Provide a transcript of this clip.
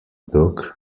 book